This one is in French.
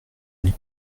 une